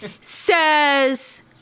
says